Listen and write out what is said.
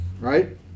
right